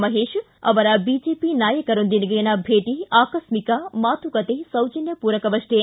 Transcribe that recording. ಮಹೇತ್ ಅವರ ಬಿಜೆಪಿ ನಾಯಕರೊಂದಿಗಿನ ಭೇಟಿ ಆಕಸ್ಸಿಕ ಮಾತುಕತೆ ಸೌಜನ್ವ ಪೂರಕವಷ್ಷೇ